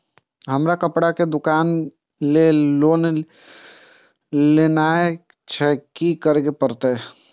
हमर कपड़ा के दुकान छे लोन लेनाय छै की करे परतै?